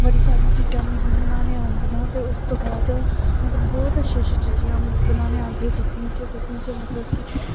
बड़ी सारियां चीज़ां मिगी बनाने आंदियां ते उस तू बाद मतलब बहुत अच्छी अच्छी चीज़ां मिगी बनाने आंदियां कुकिंग च कुकिंग मतलब कि